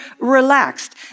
relaxed